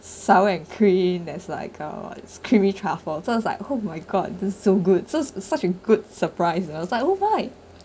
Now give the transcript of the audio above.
sour and cream there's like a creamy truffles so I was like oh my god this so good so such a good surprise I was like oh why